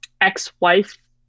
ex-wife